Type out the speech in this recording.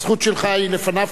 הזכות שלך היא לפניו,